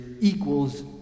equals